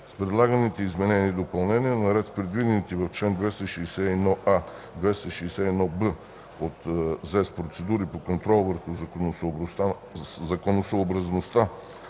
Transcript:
С предлаганите изменения и допълнения, наред с предвидените в чл. 261а – 261б от ЗЕС процедури по контрол върху законосъобразността